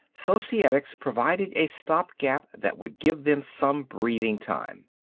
societics provided a stopgap that would give them some breathing time.